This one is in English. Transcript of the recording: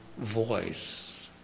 voice